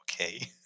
Okay